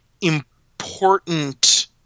important